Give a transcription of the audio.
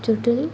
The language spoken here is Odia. ଚଟଣି